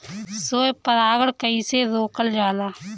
स्व परागण कइसे रोकल जाला?